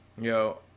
Yo